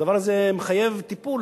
הדבר הזה מחייב טיפול.